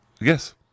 Yes